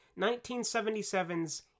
1977's